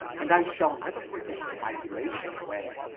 and i shall never forget my elation when